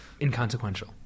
inconsequential